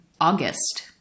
August